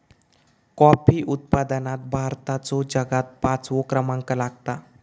coffee उत्पादनात भारताचो जगात पाचवो क्रमांक लागता